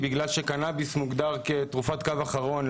בגלל שקנביס מוגדר כתרופת קו אחרון,